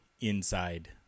inside